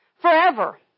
forever